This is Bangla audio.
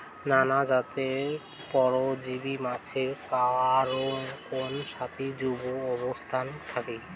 নানান জাতের পরজীব মাছের কানকোর সাথি যুত অবস্থাত থাকি